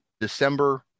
December